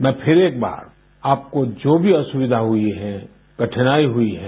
मैं फिर एक बार आपको जो भी असुविधा हुई है कठिनाई हुई है